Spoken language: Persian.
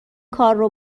کارو